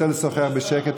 מי שרוצה לשוחח בשקט,